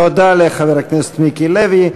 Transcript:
תודה לחבר הכנסת מיקי לוי.